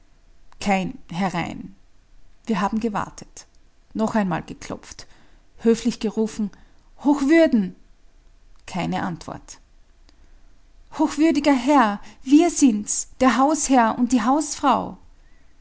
kein herein wir haben gewartet noch einmal geklopft höflich gerufen hochwürden keine antwort hochwürdiger herr wir sind's der hausherr und die hausfrau